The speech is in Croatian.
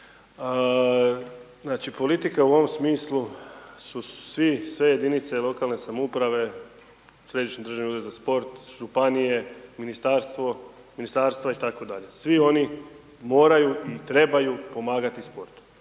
Znači, politika u ovom smislu su svi, sve jedinice lokalne samouprave, Središnji državni ured za sport, županije, ministarstvo, ministarstva itd., svi oni moraju i trebaju pomagati sportu